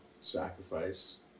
Sacrifice